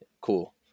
Cool